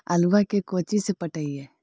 आलुआ के कोचि से पटाइए?